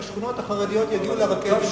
השכונות החרדיות יגיעו לרכבת.